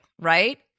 Right